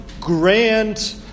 grand